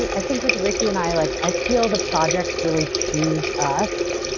ah i think with ricki and i, like i feel the projects really choose us.